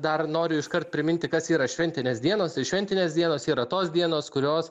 dar noriu iškart priminti kas yra šventinės dienos tai šventinės dienos yra tos dienos kurios